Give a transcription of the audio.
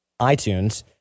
iTunes